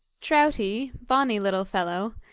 troutie, bonny little fellow,